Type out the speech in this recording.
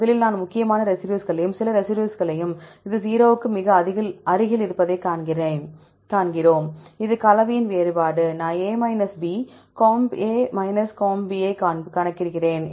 முதலில் நாம் முக்கியமான ரெசிடியூஸ்களையும் சில ரெசிடியூஸ்களையும் இது 0 க்கு மிக அருகில் இருப்பதைக் காண்கிறோம் இது கலவையின் வேறுபாடு நான் A B comp comp ஐ கணக்கிடுகிறேன்